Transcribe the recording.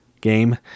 game